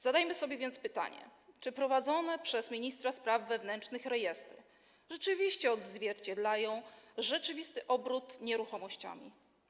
Zadajmy więc pytanie: Czy prowadzone przez ministra spraw wewnętrznych rejestry rzeczywiście odzwierciedlają rzeczywisty obrót nieruchomościami?